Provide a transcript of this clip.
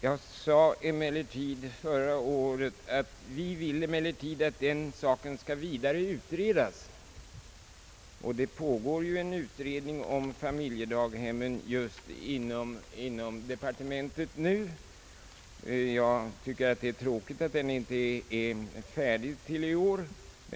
Jag nämnde då också att vi önskade att den saken ytterligare skulle utredas. Det pågår just nu en utredning om familjedaghemmen inom departementet. Det är tråkigt att den inte är färdig i år.